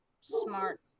Smart